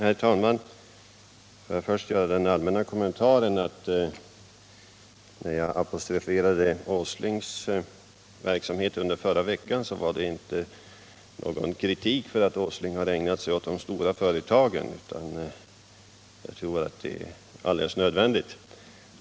Herr talman! Jag vill först göra den allmänna kommentaren att när jag apostroferade Nils Åslings verksamhet under förra veckan så var det inte någon kritik för att han hade ägnat sig åt de stora företagen. Jag tror tvärtom att det är alldeles nödvändigt.